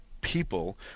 people